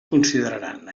consideraran